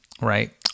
right